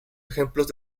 ejemplos